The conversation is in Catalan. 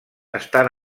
estan